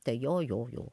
tai jo jo jo